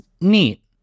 neat